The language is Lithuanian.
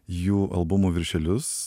jų albumų viršelius